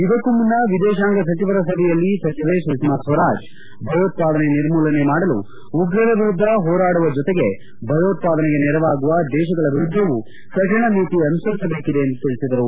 ಇದಕ್ಕೂ ಮುನ್ನ ವಿದೇಶಾಂಗ ಸಚಿವರ ಸಭೆಯಲ್ಲಿ ಸಚಿವೆ ಸುಷ್ಮಾ ಸ್ವರಾಜ್ ಭಯೋತ್ವಾದನೆ ನಿರ್ಮೂಲನೆ ಮಾಡಲು ಉಗ್ರರ ವಿರುದ್ದ ಹೋರಾಡುವ ಜೊತೆಗೆ ಭಯೋತ್ಪಾದನೆಗೆ ನೆರವಾಗುವ ದೇಶಗಳ ವಿರುದ್ದವೂ ಕಠಿಣ ನೀತಿ ಅನುಸರಿಸಬೇಕಿದೆ ಎಂದು ತಿಳಿಸಿದರು